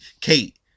Kate